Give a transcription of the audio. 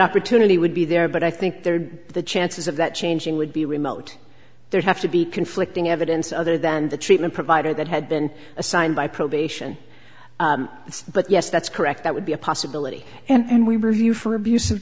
opportunity would be there but i think there the chances of that changing would be remote there'd have to be conflicting evidence other than the treatment provider that had been assigned by probation but yes that's correct that would be a possibility and we review for abus